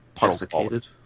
desiccated